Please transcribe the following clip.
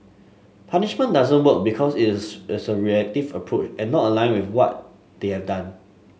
punishment doesn't work because it is its a reactive approach and not aligned with what they have done